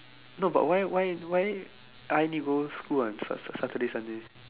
no but why why why I need go school on Saturday Sundays